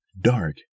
dark